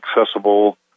accessible